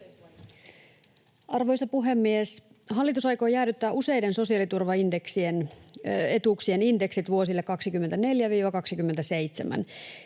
Arvoisa puhemies! Hallitus aikoo jäädyttää useiden sosiaaliturvaetuuksien indeksit vuosille 24—27.